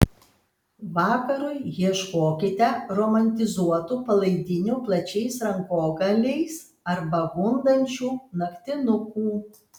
vakarui ieškokite romantizuotų palaidinių plačiais rankogaliais arba gundančių naktinukų